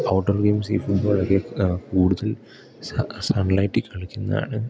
outdoor games ഈ ഫുട്ബോളൊക്കെ കൂടുതൽ സൺ ലൈറ്റിൽ കളിക്കുന്നതാണ്